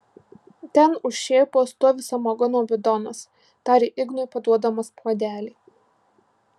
ten už šėpos stovi samagono bidonas tarė ignui paduodamas puodelį